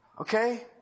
Okay